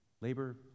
labor